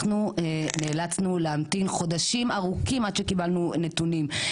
אנחנו נאלצנו להמתין חודשים ארוכים עד שקיבלנו נתונים.